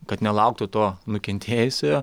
kad nelauktų to nukentėjusiojo